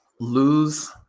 lose